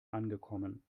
angekommen